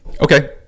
okay